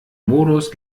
modus